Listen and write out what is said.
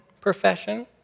profession